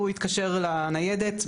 הוא התקשר לניידת,